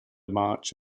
march